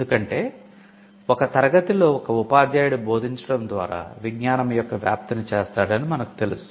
ఎందుకంటే ఒక తరగతిలో ఒక ఉపాధ్యాయుడు బోధించడం ద్వారా విజ్ఞానం యొక్క వ్యాప్తిని చేస్తాడని మనకు తెలుసు